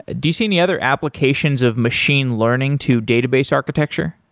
ah do you see any other applications of machine learning to database architecture?